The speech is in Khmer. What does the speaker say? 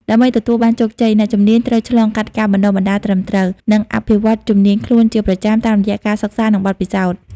ដើម្បីទទួលបានជោគជ័យ អ្នកជំនាញត្រូវឆ្លងកាត់ការបណ្ដុះបណ្ដាលត្រឹមត្រូវ និងអភិវឌ្ឍជំនាញខ្លួនជាប្រចាំតាមរយៈការសិក្សានិងបទពិសោធន៍។